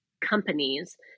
companies